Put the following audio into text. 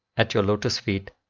at your lotus feet,